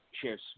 Cheers